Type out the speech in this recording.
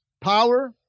power